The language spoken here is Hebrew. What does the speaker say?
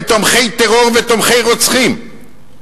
הם תומכי טרור ותומכי רוצחים,